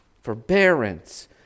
forbearance